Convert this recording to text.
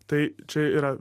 tai čia yra